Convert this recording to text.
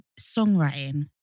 songwriting